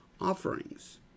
offerings